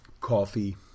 coffee